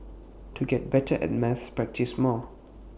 to get better at maths practice more